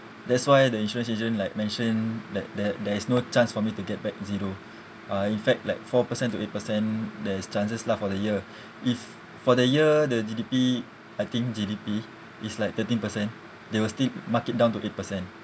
that's why the insurance agent like mention that that there is no chance for me to get back zero uh in fact like four percent to eight percent there is chances lah for the year if for the year the G_D_P I think G_D_P is like thirteen percent they will still mark it down to eight percent